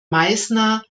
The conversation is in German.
meißner